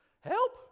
help